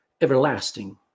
everlasting